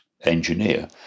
engineer